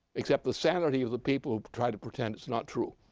except the sanity of the people who try to pretend it's not true.